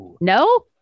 No